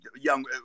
young